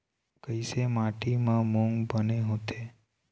कइसे माटी म मूंग बने होथे?